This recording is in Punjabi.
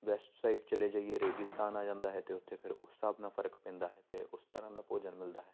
ਵੈਸਟ ਸਾਈਡ ਚਲੇ ਜਾਈਏ ਰੇਗਿਸਤਾਨ ਆ ਜਾਂਦਾ ਹੈ ਅਤੇ ਉੱਥੇ ਫਿਰ ਉਸ ਹਿਸਾਬ ਨਾਲ ਫ਼ਰਕ ਪੈਂਦਾ ਹੈ ਅਤੇ ਉਸ ਤਰ੍ਹਾਂ ਦਾ ਭੋਜਨ ਮਿਲਦਾ ਹੈ